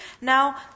Now